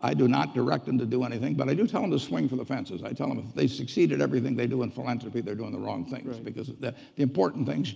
i do not direct them to do anything, but i do tell them to swing for the fences. i tell them if they succeed at everything they do in philanthropy, they're doing the wrong things because the the important things